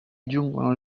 giungono